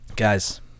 guys